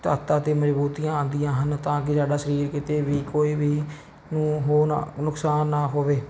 ਤਾਕਤ ਅਤੇ ਮਜ਼ਬੂਤੀਆਂ ਆਉਂਦੀਆਂ ਹਨ ਤਾਂ ਕਿ ਸਾਡਾ ਸਰੀਰ ਕਿਤੇ ਵੀ ਕੋਈ ਵੀ ਨੂੰ ਹੋ ਨਾ ਨੁਕਸਾਨ ਨਾ ਹੋਵੇ